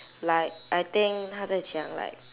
like I think 他在讲 like